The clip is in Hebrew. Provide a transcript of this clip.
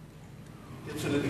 ישיב.